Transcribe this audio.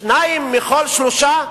שניים מכל שלושה,